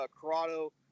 Corrado –